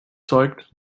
zeugt